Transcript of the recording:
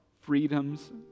freedoms